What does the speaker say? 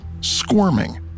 squirming